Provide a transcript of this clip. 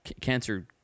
cancer